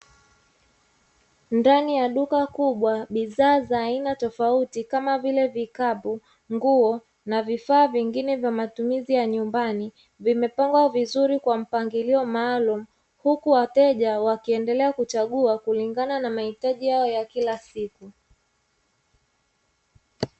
Ndani ya duka kubwa bidhaa za aina tofauti kama vile vikapu, nguo na vifaa vingine vya matumizi ya nyumbani vimepangwa vizuri kwa mpangilio maalumu, huku wateja wakiendelea kuchagua kulingana na mahitaji yao ya kila siku.